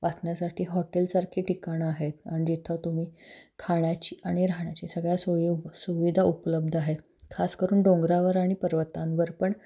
वाचण्यासाठी हॉटेलसारखी ठिकाणं आहेत आणि जिथं तुम्ही खाण्याची आणि राहण्याची सगळ्या सोयी सुविधा उपलब्ध आहे खासकरून डोंगरावर आणि पर्वतांवर पण